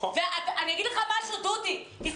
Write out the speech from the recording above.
דודי שוקף,